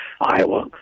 Iowa